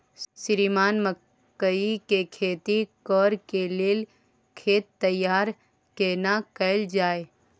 श्रीमान मकई के खेती कॉर के लेल खेत तैयार केना कैल जाए?